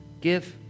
give